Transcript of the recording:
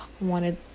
Wanted